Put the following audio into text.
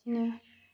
बिदिनो